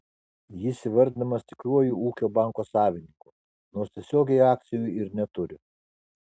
jis įvardinamas tikruoju ūkio banko savininku nors tiesiogiai akcijų ir neturi